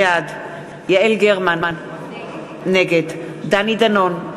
בעד יעל גרמן, נגד דני דנון,